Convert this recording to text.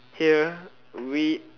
here we